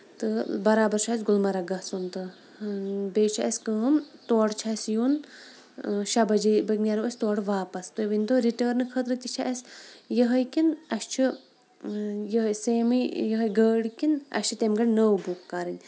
تہٕ برابر چھُ اَسہِ گُلمَرٕگ گژھُن تہٕ بیٚیہِ چھِ اَسہِ کٲم تور چھُ اَسہِ یُن شیٚے بَجے نیرو أسۍ تورٕ واپَس مےٚ ؤنۍ تو رِٹٲرنہٕ خٲطرٕ تہِ چھِ اَسہِ یِہوے کِنہٕ اَسہِ چھُ یِہوے سیمٕے یِہٲے گاڑِ کِنہٕ اَسہِ تَمہِ پَتہٕ نٔوۍ بُک کَرٕنۍ